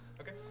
Okay